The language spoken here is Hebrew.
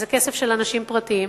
וזה כסף של אנשים פרטיים.